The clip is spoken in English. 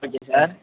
okay sir